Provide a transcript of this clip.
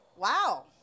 Wow